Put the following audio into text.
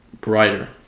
brighter